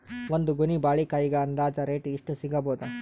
ಒಂದ್ ಗೊನಿ ಬಾಳೆಕಾಯಿಗ ಅಂದಾಜ ರೇಟ್ ಎಷ್ಟು ಸಿಗಬೋದ?